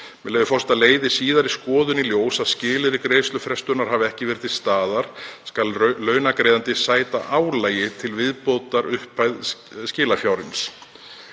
með leyfi forseta: „Leiði síðari skoðun í ljós að skilyrði greiðslufrestunar hafi ekki verið til staðar skal launagreiðandi sæta álagi til viðbótar upphæð skilafjárins